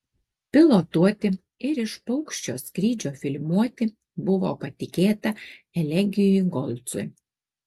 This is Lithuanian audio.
pilotuoti ir iš paukščio skrydžio filmuoti buvo patikėta elegijui golcui